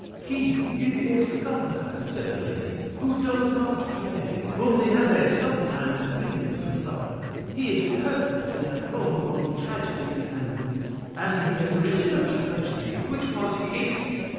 he is a scholar, said the lady, who does not play, whom the abbe sometimes brings to supper he is perfectly at home among tragedies and books, and he has written a tragedy which was hissed,